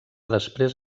després